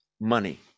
money